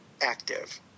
active